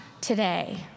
today